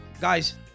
Guys